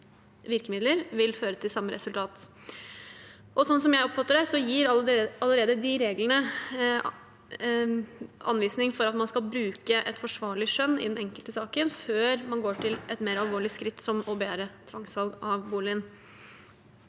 vil føre til samme resultat. Sånn jeg oppfatter det, gir de reglene allerede anvisning for at man skal bruke et forsvarlig skjønn i den enkelte saken, før man går til et mer alvorlig skritt, som å begjære tvangssalg av boligen.